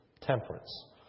temperance